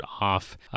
off